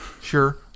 Sure